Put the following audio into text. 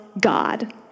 God